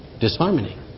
Disharmony